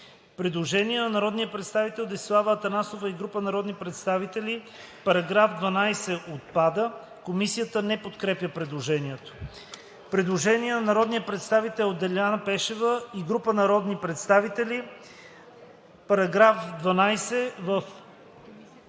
Предложение на народния представител Десислава Атанасова и група народни представители: § 12 отпада. Комисията не подкрепя предложението. Предложение на народния представител Деляна Пешева и група народни представители. Комисията